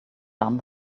done